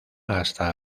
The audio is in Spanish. hasta